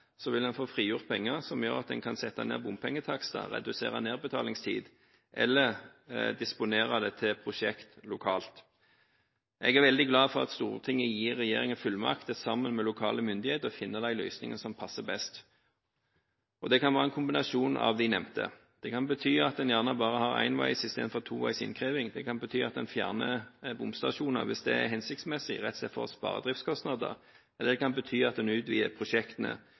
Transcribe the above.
vil en få frigjort penger som gjør at en kan sette ned bompengetakster, redusere nedbetalingstid eller disponere dem til prosjekter lokalt. Jeg er veldig glad for at Stortinget gir regjeringen fullmakt til sammen med lokale myndigheter å finne de løsningene som passer best. Det kan være en kombinasjon av de nevnte faktorene. Det kan bety at en har enveis i stedet for toveis innkreving, det kan bety at en fjerner bomstasjoner hvis det er hensiktsmessig – rett og slett for å spare driftskostnader – eller det kan bety at en utvider prosjektene